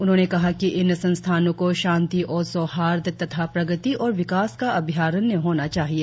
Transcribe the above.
उन्होंने कहा कि इन संस्थानों को शांति और सौहार्द तथा प्रगति और विकास का अभ्यारण्य होना चाहिए